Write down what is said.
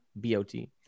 b-o-t